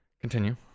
continue